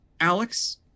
Alex